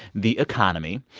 the economy.